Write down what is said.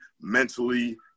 mentally